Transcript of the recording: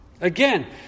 Again